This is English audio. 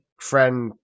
friend